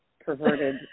perverted